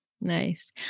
Nice